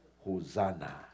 Hosanna